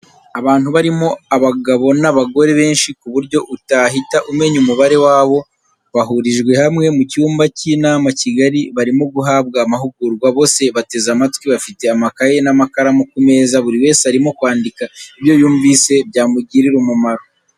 Abantu barimo abagabo n'abagore benshi ku buryo utahita umenya umubare wabo, bahurijwe hamwe mu cyumba cy'inama kigari barimo guhabwa amahugurwa, bose bateze amatwi bafite amakaye n'amakaramu ku meza buri wese arimo kwandika ibyo yumvise byamugirira umumaro.